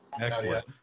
Excellent